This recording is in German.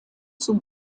zum